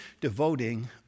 devoting